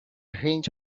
hinge